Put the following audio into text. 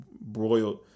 broiled